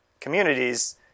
communities